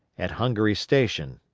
at hungary station,